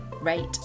rate